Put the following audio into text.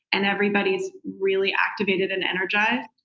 and everybody is really activated and energized,